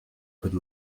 could